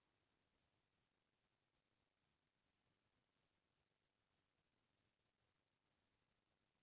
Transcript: आज काल खेत खार के उपज के संग पानी के सुबिधा देखके घलौ खेती किसानी करे जाथे